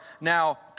now